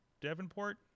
Davenport